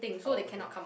oh okay